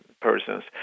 persons